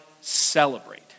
celebrate